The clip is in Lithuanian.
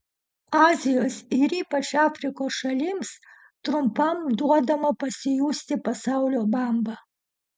azijos ir ypač afrikos šalims trumpam duodama pasijusti pasaulio bamba